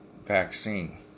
Vaccine